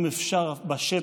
אם אפשר בשטח,